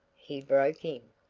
he broke in.